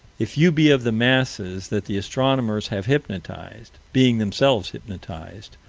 if you be of the masses that the astronomers have hypnotized being themselves hypnotized,